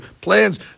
plans